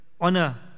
Honor